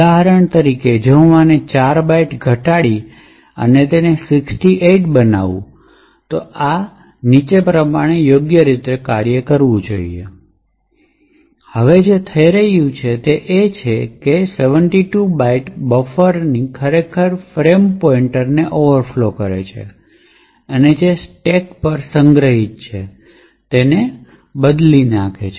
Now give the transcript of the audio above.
ઉદાહરણ તરીકે જો હું આને 4 બાઇટ્સથી ઘટાડી અને તેને 68 બનાવું તો આ નીચે પ્રમાણે યોગ્ય રીતે કાર્ય કરવું જોઈએ હવે અહીં જે થઈ રહ્યું છે તે છે કે 72 બાઇટ્સ બફર ખરેખર ફ્રેમ પોઇન્ટરને ઓવરફ્લો કરે છે અને જે સ્ટેક પર સંગ્રહિત છે તેને સુધારી રહી છે છે